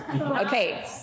Okay